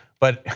but,